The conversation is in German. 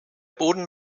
boden